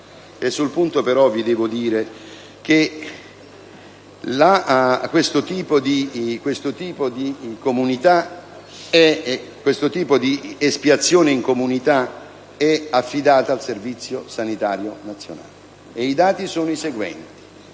Sul punto, però, vi devo dire che questo tipo di espiazione in comunità è affidata al Servizio sanitario nazionale, e i dati sono i seguenti.